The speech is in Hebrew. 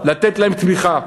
לתת להם תמיכה.